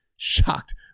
Shocked